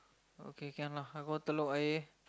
okay can lah I go Telok Ayer